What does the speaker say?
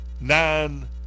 nine